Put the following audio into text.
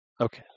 Okay